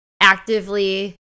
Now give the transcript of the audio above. actively